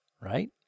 right